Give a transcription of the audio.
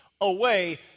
away